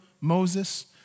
Moses